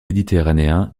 méditerranéen